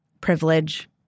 privilege